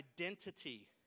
identity